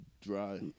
dry